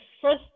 first